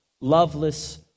loveless